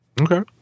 Okay